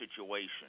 situation